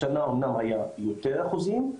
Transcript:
השנה אמנם היו יותר אחוזים,